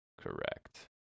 Correct